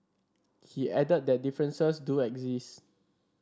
he added that differences do exist